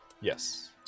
Yes